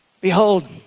Behold